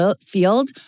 field